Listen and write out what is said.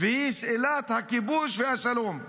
והיא שאלת הכיבוש והשלום.